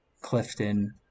Clifton